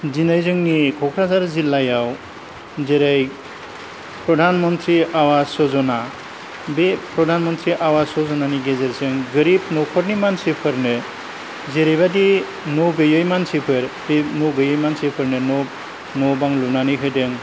दिनै जोंनि क'क्राझार जिल्लायाव जेरै प्रधान मन्त्रि आवास जज'ना बे प्रधान मन्त्रि आवास जज'नानि गेजेरजों गोरिब न'खरनि मानसिफोरनो जेरैबादि न' गैयै मानसिफोर बे न' गैयै मानसिफोरनो न' न' बां लुनानै होदों